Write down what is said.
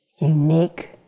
unique